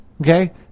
Okay